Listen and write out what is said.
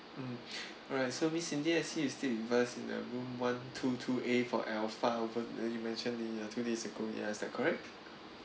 mm alright so miss cindy I see you stayed with us in the room one two two A for alpha over you mentioned in uh two days ago ya is that correct